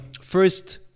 first